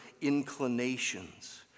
inclinations